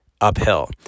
Uphill